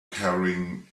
carrying